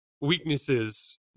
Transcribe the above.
weaknesses